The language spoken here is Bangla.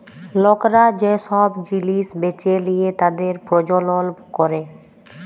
লকরা যে সব জিলিস বেঁচে লিয়ে তাদের প্রজ্বলল ক্যরে